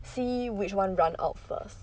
see which one run out first